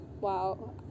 Wow